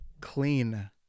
clean